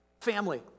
Family